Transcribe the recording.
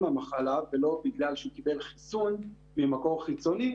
המחלה ולא בכלל שקיבל חיסון ממקור חיצוני,